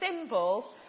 symbol